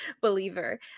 believer